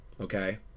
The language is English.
Okay